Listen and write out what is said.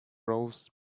roses